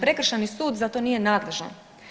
Prekršajni sud za to nije nadležan.